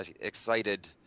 excited